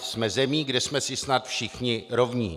Jsme zemí, kde jsme si snad všichni rovni.